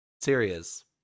serious